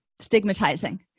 stigmatizing